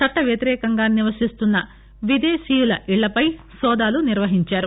చట్టవ్యతిరేకంగా నివశిస్తున్న విదేశీయుల ఇళ్లపై నోదాలు నిర్వహించారు